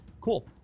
Cool